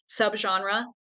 subgenre